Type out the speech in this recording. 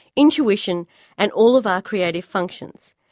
intuition and all of our creative functions.